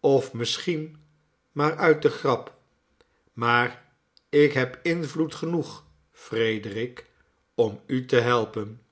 of misschien maar uit de grap maar ik heb invloed genoeg frederik om u te helpen